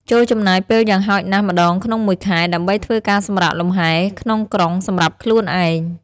ចូរចំណាយពេលយ៉ាងហោចណាស់ម្តងក្នុងមួយខែ ដើម្បីធ្វើការសម្រាកលំហែ ក្នុងក្រុងសម្រាប់ខ្លួនឯង។